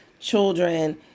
children